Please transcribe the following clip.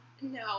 No